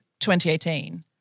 2018